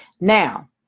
Now